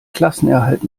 klassenerhalt